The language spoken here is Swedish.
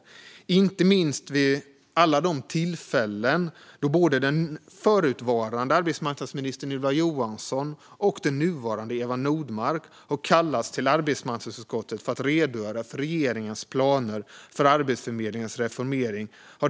Det har framgått med all önskvärd tydlighet vid inte minst alla de tillfällen då både den förutvarande arbetsmarknadsministern Ylva Johansson och den nuvarande Eva Nordmark har kallats till arbetsmarknadsutskottet för att redogöra för regeringens planer för Arbetsförmedlingens reformering.